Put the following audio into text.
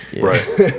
right